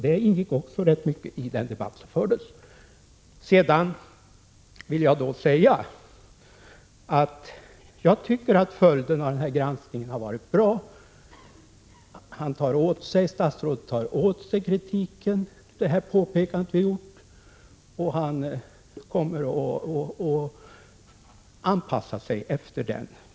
Detta ingick också rätt mycket i den debatt som fördes. Jag tycker att följden av den här granskningen har varit bra. Statsrådet tar åt sig det påpekande vi har gjort, och han kommer att anpassa sig efter det.